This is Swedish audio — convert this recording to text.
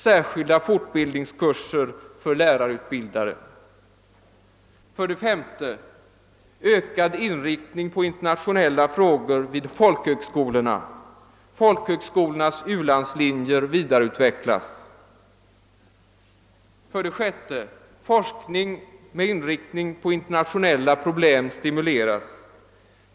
Särskilda fortbildningsinsatser för lärareutbildare. ternationella problem stimuleras.